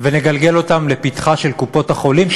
ונגלגל אותה לפתחן של קופות-החולים,